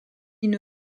une